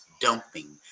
dumping